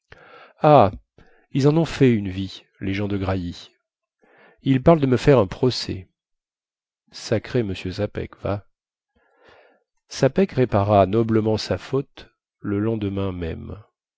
ah ils en ont fait une vie les gens de grailly ils parlent de me faire un procès sacré m sapeck va sapeck répara noblement sa faute le lendemain même